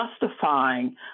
justifying